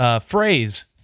phrase